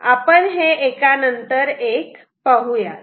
आपण हे एकानंतर एक पाहूयात